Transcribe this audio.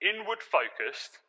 Inward-focused